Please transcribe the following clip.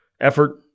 effort